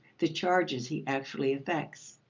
the charges he actually effects.